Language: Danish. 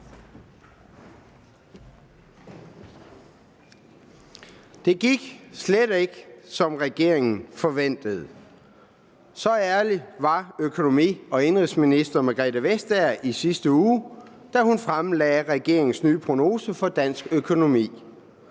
Det gik slet ikke, som regeringen forventede. Så ærlig var økonomi- og indenrigsminister Margrethe Vestager i sidste uge, da hun fremlagde regeringens nye prognose for dansk økonomi.